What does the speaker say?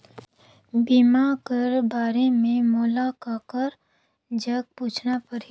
बीमा कर बारे मे मोला ककर जग पूछना परही?